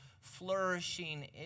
flourishing